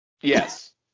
Yes